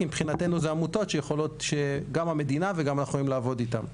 אלו עמותות שגם אנחנו וגם המדינה יכולים לעבוד איתם.